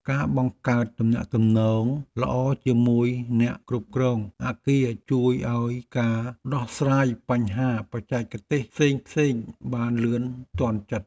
ការបង្កើតទំនាក់ទំនងល្អជាមួយអ្នកគ្រប់គ្រងអគារជួយឱ្យការដោះស្រាយបញ្ហាបច្ចេកទេសផ្សេងៗបានលឿនទាន់ចិត្ត។